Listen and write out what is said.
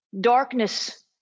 darkness